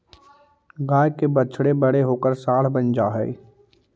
गाय के बछड़े बड़े होकर साँड बन जा हई